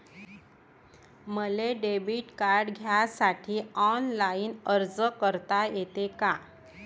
मले debit card घ्यासाठी online अर्ज करता येते का?